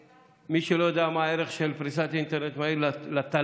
מי שלא יודע מה הערך של פריסת אינטרנט מהיר לתל"ג,